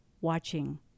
watching